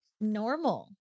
Normal